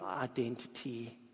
identity